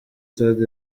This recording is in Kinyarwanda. stade